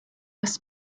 was